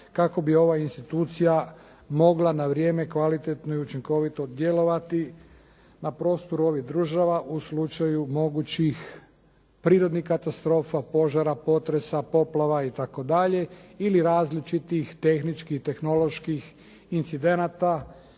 kako bi ova institucija mogla na vrijeme kvalitetno i učinkovito djelovati na prostoru ovih država u slučaju mogućih prirodnih katastrofa, požara, potresa, poplava i tako dalje ili različitih tehničkih, tehnoloških incidenata